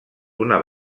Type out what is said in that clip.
una